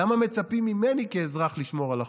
למה מצפים ממני כאזרח לשמור על החוק?